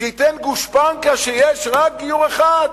שייתן גושפנקה שיש רק גיור אחד,